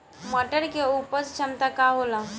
मटर के उपज क्षमता का होला?